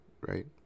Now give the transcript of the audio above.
right